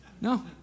no